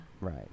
Right